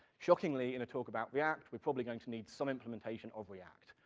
shockingly, in a talk about react, we're probably going to need some implementation of react.